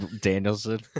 Danielson